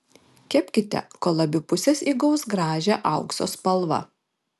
kepkite kol abi pusės įgaus gražią aukso spalvą